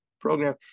program